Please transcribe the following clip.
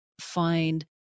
find